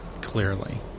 Clearly